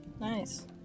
nice